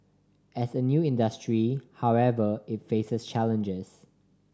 as a new industry however it faces challenges